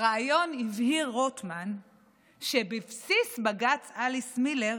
בריאיון הבהיר רוטמן שבבסיס בג"ץ אליס מילר